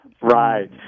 right